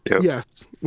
Yes